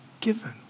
given